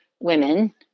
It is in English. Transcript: women